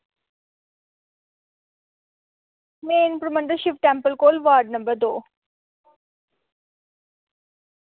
main Parmandal Shiv temple कोल ward number दो